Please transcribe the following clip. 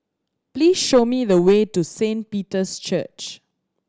please show me the way to Saint Peter's Church